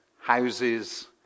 houses